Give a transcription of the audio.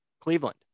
Cleveland